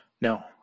No